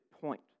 point